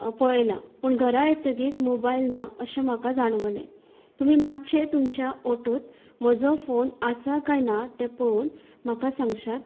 पळयला पूण घरां येतकीच मोबायल ना अशें म्हाका जाणवले तुमी मातशें तुमच्या ऑटोंत म्हजो फोन आसा कांय ना तें पळोवन म्हाका सांगशात